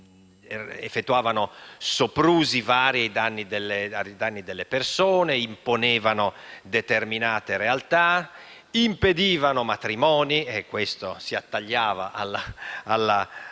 effettuavano soprusi vari ai danni di altre persone, imponevano determinate realtà, impedivano matrimoni (e questo si attagliava al romanzo)